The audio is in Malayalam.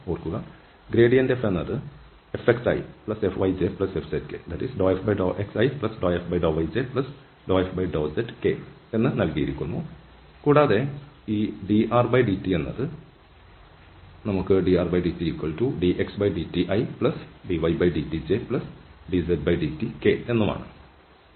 ഓർക്കുക ഗ്രേഡിയന്റ് f എന്നത് fxifyjfzk എന്ന് നൽകിയിരിക്കുന്നു കൂടാതെ ഈ drdt എന്നത് drdt is dxdtidydtjdzdtk ആണ്